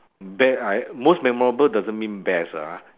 be~ I most memorable doesn't mean best ah